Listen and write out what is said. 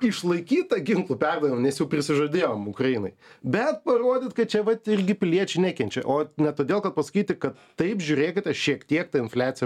išlaikyt tą ginklų perdavimą nes jau prisižadėjom ukrainai bet parodyt kad čia vat irgi piliečiai nekenčia o ne todėl kad pasakyti kad taip žiūrėkite šiek tiek ta infliacija bus